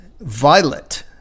Violet